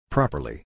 Properly